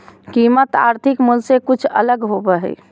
कीमत आर्थिक मूल से कुछ अलग होबो हइ